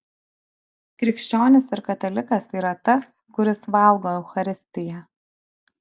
krikščionis ir katalikas yra tas kuris valgo eucharistiją